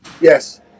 Yes